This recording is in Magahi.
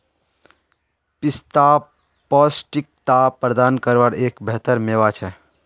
पिस्ता पौष्टिकता प्रदान कारवार एक बेहतर मेवा छे